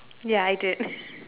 ya I did